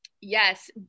Yes